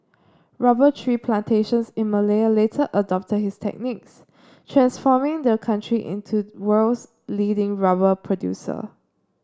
rubber tree plantations in Malaya later adopted his techniques transforming the country into world's leading rubber producer